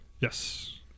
Yes